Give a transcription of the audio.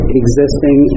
existing